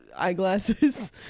Eyeglasses